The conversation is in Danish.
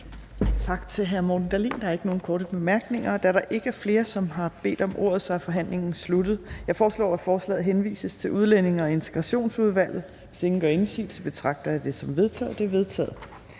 Tak til hr. Morten Dahlin. Der er ikke nogen korte bemærkninger. Da der ikke er flere, som har bedt om ordet, er forhandlingen sluttet. Jeg foreslår, at forslaget til folketingsbeslutning henvises til Udlændinge- og Integrationsudvalget. Hvis ingen gør indsigelse, betragter jeg det som vedtaget. Det er vedtaget.